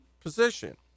position